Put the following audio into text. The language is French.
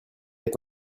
est